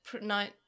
night